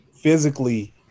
physically